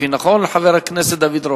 תשעה בעד, אחד מתנגד, אין נמנעים.